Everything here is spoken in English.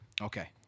Okay